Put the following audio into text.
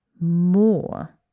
more